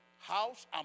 House